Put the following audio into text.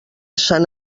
sant